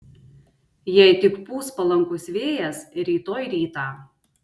jei tik pūs palankus vėjas rytoj rytą